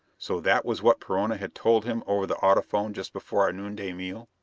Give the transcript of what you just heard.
so that was what perona had told him over the audiphone just before our noonday meal?